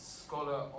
scholar